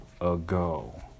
ago